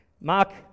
Mark